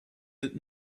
that